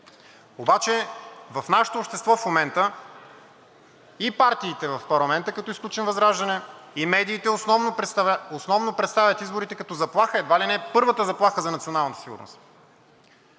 Обаче в нашето общество в момента и партиите в парламента, като изключим ВЪЗРАЖДАНЕ, и медиите основно представят изборите като заплаха, едва ли не първата заплаха за националната сигурност.